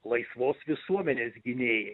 laisvos visuomenės gynėjai